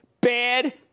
bad